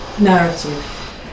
narrative